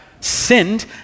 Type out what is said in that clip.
sinned